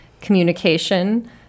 communication